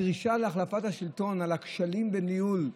הדרישה להחלפת השלטון ועל הכשלים בניהול,